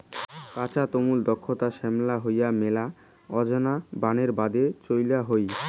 কাঁচা তলমু দ্যাখ্যাত শ্যামলা হই মেলা আনজা বানের বাদে চইল হই